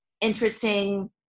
interesting